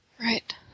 Right